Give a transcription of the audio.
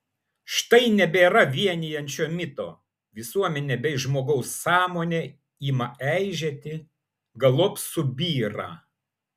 štai nebėra vienijančio mito visuomenė bei žmogaus sąmonė ima eižėti galop subyra